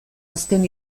azken